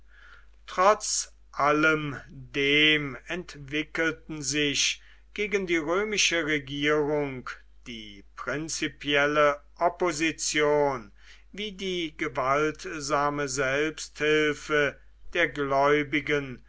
trotz allem dem entwickelten sich gegen die römische regierung die prinzipielle opposition wie die gewaltsame selbsthilfe der gläubigen